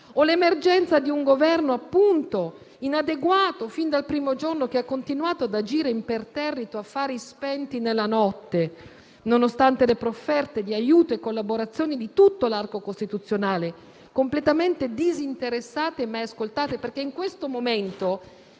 O l'emergenza di un Governo inadeguato fin dal primo giorno, che ha continuato ad agire imperterrito a fari spenti nella notte, nonostante le profferte di aiuto e collaborazione di tutto l'arco costituzionale, completamente disinteressate e mai ascoltate? In questo momento